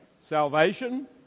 salvation